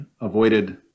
avoided